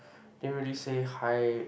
didn't really say hi